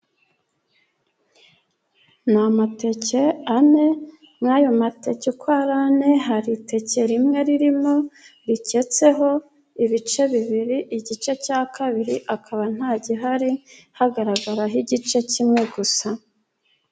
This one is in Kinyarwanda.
Ni amateke ane, muri ayo mateke uko ane, hari iteke rimwe ririmo riketseho ibice bibiri, igice cya kabiri akaba nta gihari hagaragaraho igice kimwe gusa.